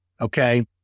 Okay